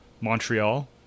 Montreal